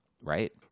right